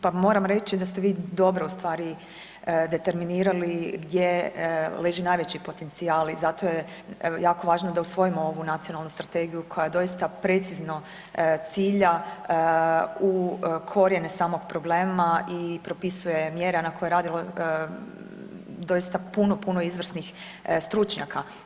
Pa moram reći da ste vi dobro u stvari determinirali gdje leži najveći potencijal i zato je jako važno da usvojimo ovu Nacionalnu strategiju koja doista precizno cilja u korijene samog problema i propisuje mjere na kojoj je radilo doista puno izvrsnih stručnjaka.